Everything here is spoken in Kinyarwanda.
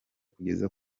kugeza